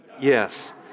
Yes